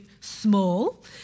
small